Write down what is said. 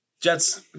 Jets